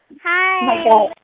Hi